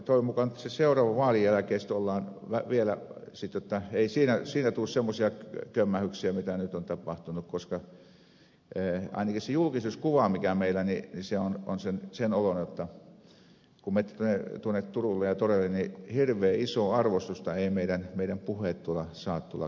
toivon mukaan nyt seuraavissa vaaleissa ei tule semmoisia kömmähdyksiä kuin nyt on tapahtunut koska ainakin se julkisuuskuva mikä meillä on on sen oloinen jotta kun menette tuonne turuille ja toreille niin hirveän isoa arvostusta eivät meidän puheemme saa tuolla kansalaisten keskuudessa